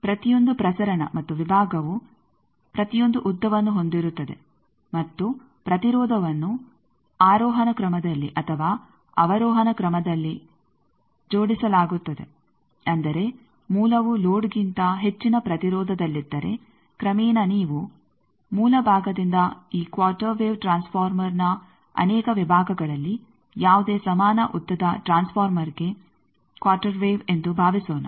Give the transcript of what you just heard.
ಪ್ರತಿಯೊಂದು ಪ್ರಸರಣ ಮತ್ತು ವಿಭಾಗವು ಪ್ರತಿಯೊಂದು ಉದ್ದವನ್ನು ಹೊಂದಿರುತ್ತದೆ ಮತ್ತು ಪ್ರತಿರೋಧವನ್ನು ಆರೋಹಣ ಕ್ರಮದಲ್ಲಿ ಅಥವಾ ಅವರೋಹಣ ಕ್ರಮದಲ್ಲಿ ಜೋಡಿಸಲಾಗುತ್ತದೆ ಅಂದರೆ ಮೂಲವು ಲೋಡ್ಗಿಂತ ಹೆಚ್ಚಿನ ಪ್ರತಿರೋಧದಲ್ಲಿದ್ದರೆ ಕ್ರಮೇಣ ನೀವು ಮೂಲ ಭಾಗದಿಂದ ಈ ಕ್ವಾರ್ಟರ್ ವೇವ್ ಟ್ರಾನ್ಸ್ ಫಾರ್ಮರ್ನ ಅನೇಕ ವಿಭಾಗಗಳಲ್ಲಿ ಯಾವುದೇ ಸಮಾನ ಉದ್ದದ ಟ್ರಾನ್ಸ್ ಫಾರ್ಮರ್ಗೆ ಕ್ವಾರ್ಟರ್ ವೇವ್ ಎಂದು ಭಾವಿಸೋಣ